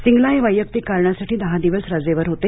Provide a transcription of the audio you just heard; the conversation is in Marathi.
सिंगला हे वैयक्तिक कारणासाठी दहा दिवस रजेवर होते